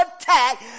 attack